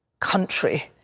country.